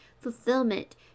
fulfillment